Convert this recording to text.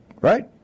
right